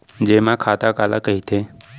जेमा खाता काला कहिथे?